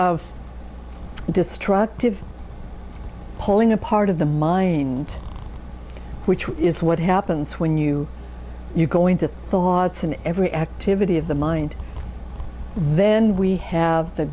of destructive pulling apart of the mind which is what happens when you you go into thoughts in every activity of the mind then we have the